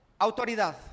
autoridad